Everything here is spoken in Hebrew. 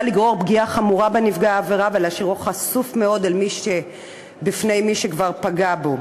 לגרור פגיעה חמורה בנפגע העבירה ולהשאירו חשוף מאוד בפני מי שכבר פגע בו.